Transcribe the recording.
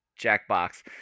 Jackbox